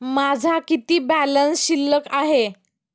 माझा किती बॅलन्स शिल्लक आहे?